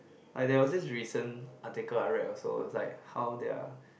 like there was this recent article I read also is like how they are